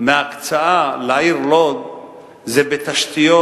מההקצאה לעיר לוד זה בתשתיות,